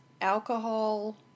alcohol